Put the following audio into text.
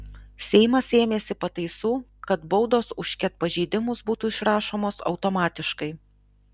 seimas ėmėsi pataisų kad baudos už ket pažeidimus būtų išrašomos automatiškai